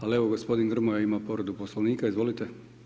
Ali, evo, gospodin Grmoja ima povredu Poslovnika, izvolite.